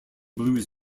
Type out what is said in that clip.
blues